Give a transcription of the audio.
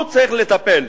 גם הוא צריך לדעת.